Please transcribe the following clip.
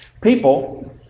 People